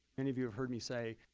many of you have heard me say,